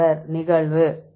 மாணவர் நிகழ்வு